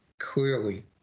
Clearly